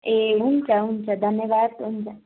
ए हुन्छ हुन्छ धन्यवाद हुन्छ